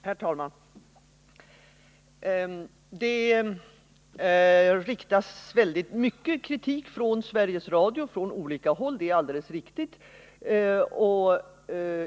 Herr talman! Det riktas mycket kritik mot Sveriges Radio från olika håll; det är alldeles riktigt.